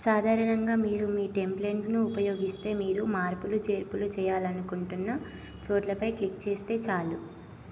సాధారణంగా మీరు మీ టెంప్లేట్ను ఉపయోగిస్తే మీరు మార్పులు చేర్పులు చేయాలనుకుంటున్న చోట్లపై క్లిక్ చేస్తే చాలు